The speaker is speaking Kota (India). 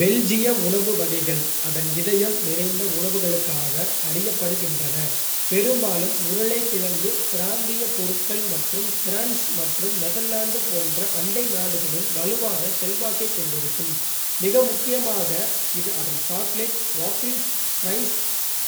பெல்ஜிய உணவு வகைகள் அதன் இதயம் நிறைந்த உணவுகளுக்காக அறியப்படுகின்றன, பெரும்பாலும் உருளைக்கிழங்கு, பிராந்திய பொருட்கள் மற்றும் பிரான்ஸ் மற்றும் நெதர்லாந்து போன்ற அண்டை நாடுகளின் வலுவான செல்வாக்கைக் கொண்டிருக்கும். மிக முக்கியமாக, இது அதன் சாக்லேட், வாஃபிள்ஸ், ஃப்ரைஸ்